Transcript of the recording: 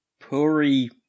Puri